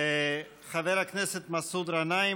חבר הכנסת מסעוד גנאים,